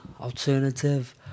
alternative